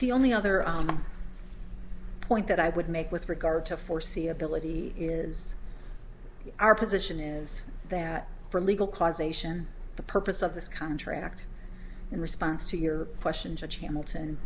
the only other point that i would make with regard to foreseeability is our position is that for legal causation the purpose of this contract in response to your questions which hamilton